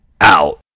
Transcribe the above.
out